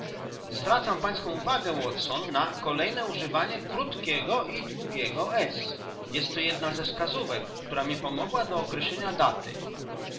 zwracam pańska uwagę watson na kolejne używanie krótkiego i długiego s jest to jedna ze wskazówek która mi pomogła do określenia daty